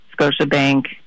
Scotiabank